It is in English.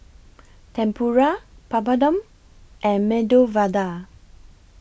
Tempura Papadum and Medu Vada